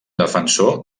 defensor